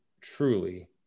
truly